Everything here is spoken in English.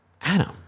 Adam